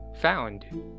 found